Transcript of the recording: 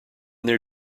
their